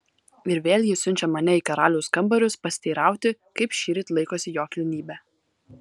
ir vėl ji siunčia mane į karaliaus kambarius pasiteirauti kaip šįryt laikosi jo kilnybė